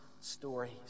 stories